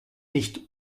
nicht